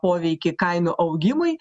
poveikį kainų augimui